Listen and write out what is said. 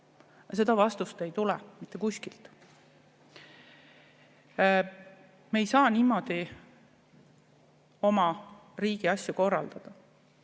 Seda vastust ei tule mitte kuskilt. Me ei saa niimoodi oma riigi asju korraldada.